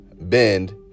bend